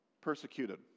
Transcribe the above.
persecuted